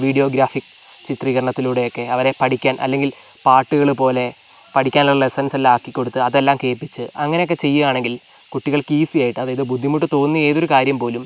video graphic ചിത്രീകരണത്തിലൂടെയൊക്കെ അവരെ പഠിക്കാൻ അല്ലെങ്കിൽ പാട്ടുകൾ പോലെ പഠിക്കാനുള്ള ലെസ്സൻസ്സെല്ലാം ആക്കികൊടുത്ത് അതെല്ലാം കേൾപ്പിച്ച് അങ്ങനെയൊക്കെ ചെയ്യുകയാണെങ്കിൽ കുട്ടികൾക്ക് ഈസിയായിട്ട് അതായത് ബുദ്ധിമുട്ട് തോന്നിയ ഏതൊരു കാര്യം പോലും